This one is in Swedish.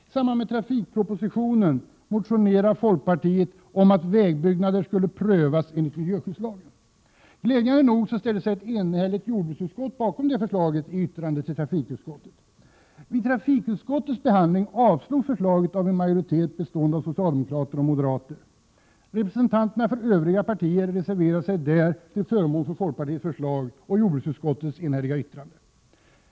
I samband med trafikpropositionen motionerade folkpartiet om att vägbyggnader skulle prövas enligt miljöskyddslagen. Glädjande nog ställde sig ett enigt jordbruksutskott bakom det förslaget i yttrande till trafikutskottet. Vid trafikutskottets behandling avstyrktes förslaget av en majoritet bestående av socialdemokrater och moderater. Representanterna för övriga partier reserverade sig till förmån för folkpartiets förslag och jordbruksutskottets enhälliga yttrande.